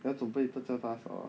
要准备叫她大嫂啦